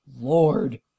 lord